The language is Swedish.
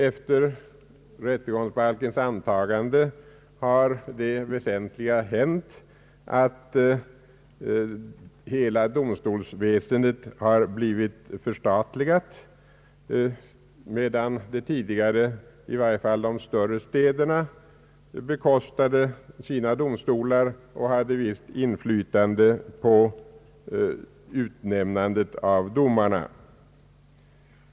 Efter rättegångsbalkens antagande har det väsentliga hänt att hela domstolsväsendet har förstatligats, medan tidigare i varje fall de större städerna bekostade sina domstolar och hade ett visst inflytande på utnämnandet av domare.